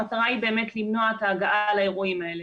המטרה היא באמת למנוע את ההגעה לאירועים האלה.